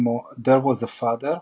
כמו "There Was a Father",